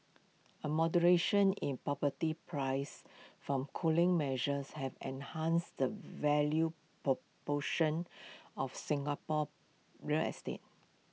A moderation in property prices from cooling measures have enhanced the value proportion of Singapore real estate